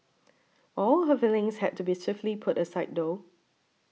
all her feelings had to be swiftly put aside though